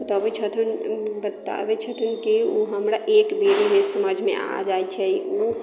बताबैत छथुन बताबैत छथुन कि ओ हमरा एक बेरमे समझमे आबि जाइत छै ओ